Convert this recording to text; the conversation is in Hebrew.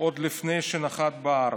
עוד לפני שנחת בארץ.